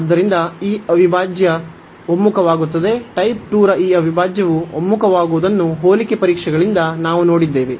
ಆದ್ದರಿಂದ ಈ ಅವಿಭಾಜ್ಯ ಒಮ್ಮುಖವಾಗುತ್ತದೆ ಟೈಪ್ 2 ರ ಈ ಅವಿಭಾಜ್ಯವು ಒಮ್ಮುಖವಾಗುವುದನ್ನು ಹೋಲಿಕೆ ಪರೀಕ್ಷೆಗಳಿಂದ ನಾವು ನೋಡಿದ್ದೇವೆ